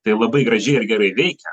tai labai gražiai ir gerai veikia